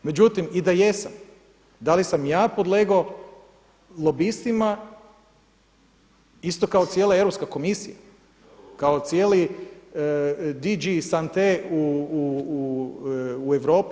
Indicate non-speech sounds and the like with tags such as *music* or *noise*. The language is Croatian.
Međutim i da jesam, da li sam ja podlegao lobistima isto kao cijela Europska komisija, kao cijeli … *unintelligible* u Europi.